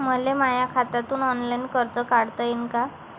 मले माया खात्यातून ऑनलाईन कर्ज काढता येईन का?